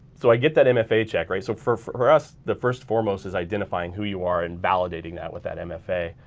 so i get that and mfa check right. so for us, the first foremost is identifying who you are and validating that with that mfa.